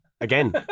again